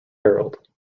herald